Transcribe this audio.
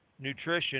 nutrition